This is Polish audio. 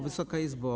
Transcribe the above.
Wysoka Izbo!